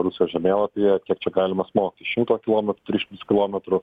rusijos žemėlapyje kiek čia galima smogti šimto kilometrų tris šimtus kilometrų